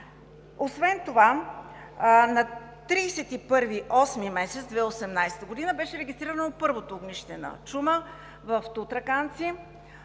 Освен това, на 31 август 2018 г. беше регистрирано първото огнище на чума в Тутраканци,